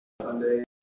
Sunday